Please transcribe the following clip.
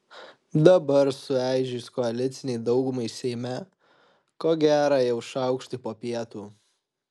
dabar sueižėjus koalicinei daugumai seime ko gera jau šaukštai po pietų